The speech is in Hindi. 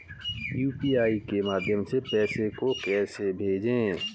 यू.पी.आई के माध्यम से पैसे को कैसे भेजें?